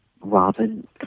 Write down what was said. Robin